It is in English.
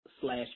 slash